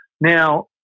now